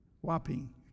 whopping